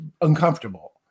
uncomfortable